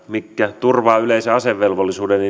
mitkä turvaavat yleisen asevelvollisuuden